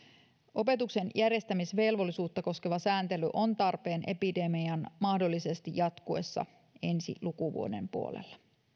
opetuksen järjestämisvelvollisuutta koskeva sääntely on tarpeen epidemian mahdollisesti jatkuessa ensi lukuvuoden puolella